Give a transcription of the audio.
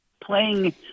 playing